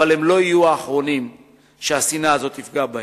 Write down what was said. אבל הם לא יהיו האחרונים שהשנאה הזאת תפגע בהם.